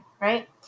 right